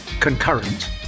Concurrent